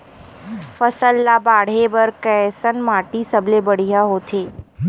फसल ला बाढ़े बर कैसन माटी सबले बढ़िया होथे?